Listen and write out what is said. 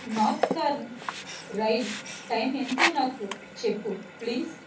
northern rail time ఎంతో నాకు చెప్పు ప్లీజ్